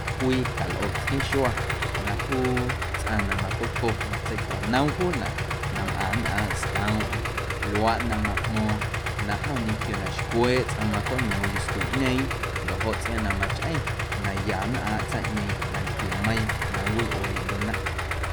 Cwii calꞌo tsqueeⁿxua na juu tsꞌaⁿ na macoco matseicwanoom juunaꞌ namꞌaⁿ nnꞌaaⁿꞌ scoomꞌm luaaꞌ na maꞌmo̱o̱ⁿ na jom ñequio na xcweeꞌ tsꞌoom macoꞌñoom yuscuꞌñeeⁿ ndoꞌ joꞌ tsꞌiaaⁿꞌ na machꞌeⁿ naya nnꞌaⁿꞌ tsaⁿꞌñeeⁿ nantquiemeiiⁿ na nncwilꞌueeꞌndyena.